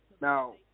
Now